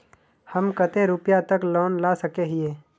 हम कते रुपया तक लोन ला सके हिये?